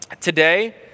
Today